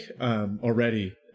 already